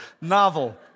novel